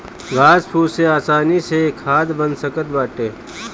घास फूस से आसानी से खाद बन सकत बाटे